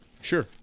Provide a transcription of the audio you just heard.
Sure